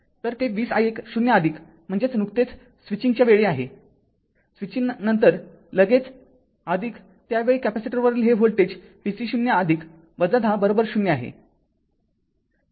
तर ते २०i१0म्हणजे नुकतेच स्विचिंगच्या वेळी आहे स्विचिंग नंतर लगेच त्या वेळी कॅपेसिटरवरील हे व्होल्टेज vc0 १० बरोबर ० आहे